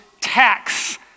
tax